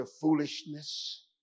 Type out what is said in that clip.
foolishness